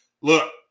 look